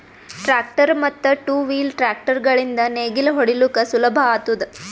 tractor ಮತ್ತ್ two wheel tractor ಗಳಿಂದ್ ನೇಗಿಲ ಹೊಡಿಲುಕ್ ಸುಲಭ ಆತುದ